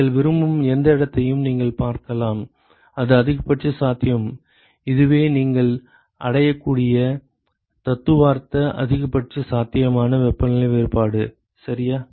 நீங்கள் விரும்பும் எந்த இடத்தையும் நீங்கள் பார்க்கலாம் இது அதிகபட்ச சாத்தியம் இதுவே நீங்கள் அடையக்கூடிய தத்துவார்த்த அதிகபட்ச சாத்தியமான வெப்பநிலை வேறுபாடு சரியா